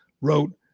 wrote